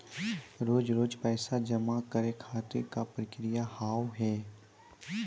रोज रोज पैसा जमा करे खातिर का प्रक्रिया होव हेय?